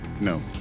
No